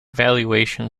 valuation